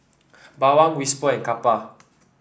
Bawang Whisper and Kappa